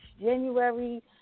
January